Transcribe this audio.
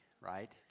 right